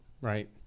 right